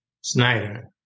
Snyder